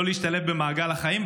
לא להשתלב במעגל החיים,